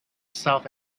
south